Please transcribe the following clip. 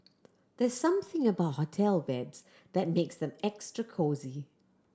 there's something about hotel beds that makes them extra cosy